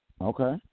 Okay